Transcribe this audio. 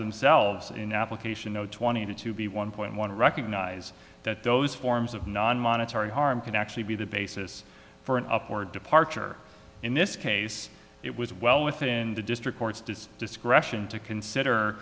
themselves in application no twenty two b one point one recognize that those forms of non monetary harm can actually be the basis for an up or departure in this case it was well within the district court's does discretion to consider